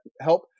help